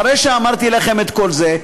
אחרי שאמרתי לכם את כל זה,